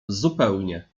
zupełnie